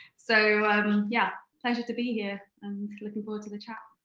so yeah pleasure to be here and looking forward to the chat.